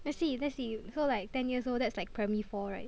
let's see let's see so like ten years old that's like primary four right